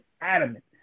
adamant